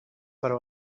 para